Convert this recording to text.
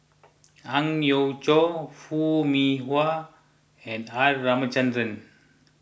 Ang Yau Choon Foo Mee Har and R Ramachandran